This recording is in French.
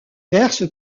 verse